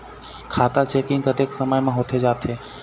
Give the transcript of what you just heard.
खाता चेकिंग कतेक समय म होथे जाथे?